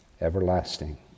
everlasting